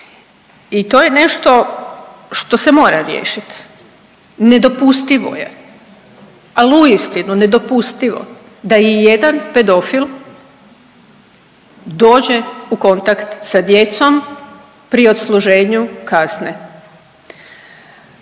i to je nešto što se mora riješit, nedopustivo je, al uistinu nedopustivo da ijedan pedofil dođe u kontakt sa djecom pri odsluženju kazne.